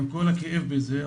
עם כל הכאב בזה.